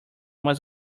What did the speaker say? was